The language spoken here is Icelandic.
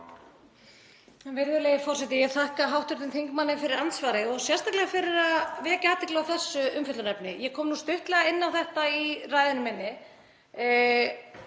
Virðulegi forseti. Ég þakka hv. þingmanni fyrir andsvarið og sérstaklega fyrir að vekja athygli á þessu umfjöllunarefni. Ég kom nú stuttlega inn á þetta í ræðunni minni